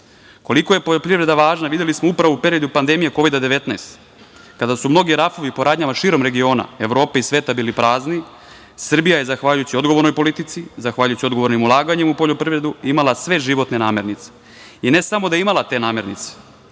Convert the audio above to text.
je poljoprivreda važna, videli smo upravo u periodu pandemije Kovida 19 kada su mnogi rafovi po radnjama širom regiona, Evrope i sveta bili prazni, Srbija je zahvaljujući odgovornoj politici, zahvaljujući odgovornim ulaganjem u poljoprivredu imala sve životne namirnice. I ne samo da je imala te namirnice